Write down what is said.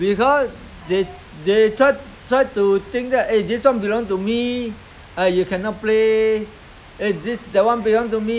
so then self-centred is is I mean is is the environment also bring out lah I trying to highlight is is environment is a growing environment